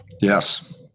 Yes